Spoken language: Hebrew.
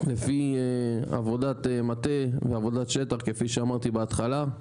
לפי עבודת מטה ועבודת שטח, כפי שאמרתי בהתחלה,